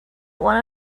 one